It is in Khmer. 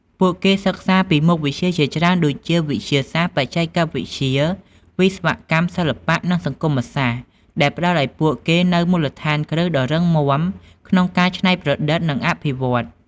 ពួកគេសិក្សាពីមុខវិជ្ជាជាច្រើនដូចជា វិទ្យាសាស្ត្រ បច្ចេកវិទ្យា វិស្វកម្ម សិល្បៈ និងសង្គមសាស្ត្រ ដែលផ្ដល់ឱ្យពួកគេនូវមូលដ្ឋានគ្រឹះដ៏រឹងមាំក្នុងការ ច្នៃប្រឌិត និងអភិវឌ្ឍ។